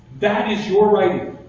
that is your writing.